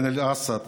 מזכירת הכנסת.